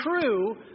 true